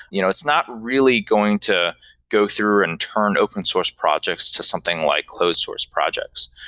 you know it's not really going to go through and turn open source projects to something like close source projects.